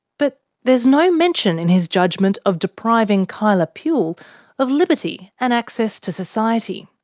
but there's no mention in his judgment of depriving kyla puhle of liberty and access to society.